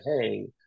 hey